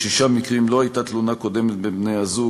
בשישה מקרים לא הייתה תלונה קודמת בין בני-הזוג.